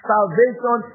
salvation